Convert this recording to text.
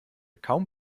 kaum